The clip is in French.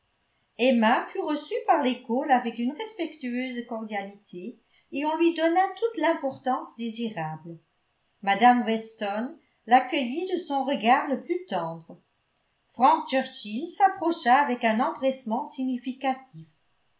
emma fut reçue par les cole avec une respectueuse cordialité et on lui donna toute l'importance désirable mme weston l'accueillit de son regard le plus tendre frank churchill s'approcha avec un empressement significatif